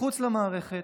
מחוץ למערכת,